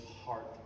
heart